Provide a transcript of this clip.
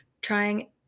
trying